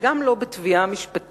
וגם לא יסתפקו בתביעה משפטית,